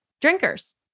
drinkers